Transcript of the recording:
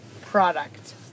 product